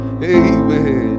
Amen